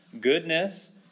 goodness